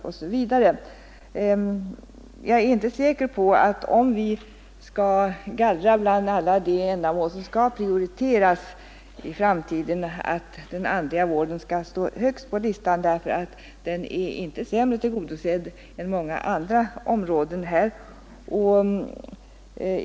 Jag är inte säker på att den andliga vården skall stå högst på listan om vi skall gallra bland alla de önskemål som skall prioriteras i framtiden. Denna vård är nämligen inte sämre tillgodosedd än många andra vårdområden här.